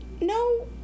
No